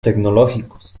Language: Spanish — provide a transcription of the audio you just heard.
tecnológicos